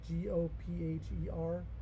G-O-P-H-E-R